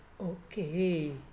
okay